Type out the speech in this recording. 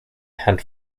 tent